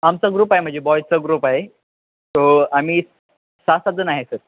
आमचा ग्रुप आहे म्हणजे बॉयजचा ग्रुप आहे तो आम्ही सहासात जण आहे सर